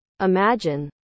Imagine